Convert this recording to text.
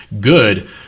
good